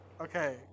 Okay